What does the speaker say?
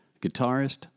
guitarist